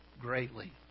greatly